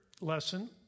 lesson